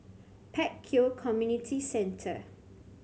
Pek Kio Community Centre